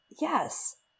Yes